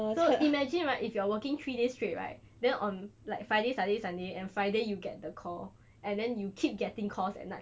so imagine right if you're working three days straight right then on like friday saturday sunday and friday you get the call and you keep getting calls at night